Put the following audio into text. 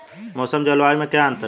मौसम और जलवायु में क्या अंतर?